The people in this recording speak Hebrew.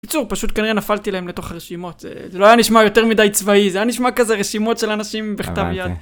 בקיצור פשוט כנראה נפלתי להם לתוך הרשימות זה לא היה נשמע יותר מדי צבאי זה היה נשמע כזה רשימות של אנשים בכתב יד